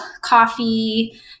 coffee